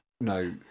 no